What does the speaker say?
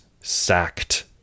sacked